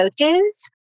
coaches